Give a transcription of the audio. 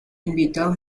invitado